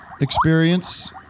experience